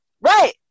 Right